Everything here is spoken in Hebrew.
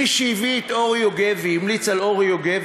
מי שהביא את אורי יוגב והמליץ על אורי יוגב,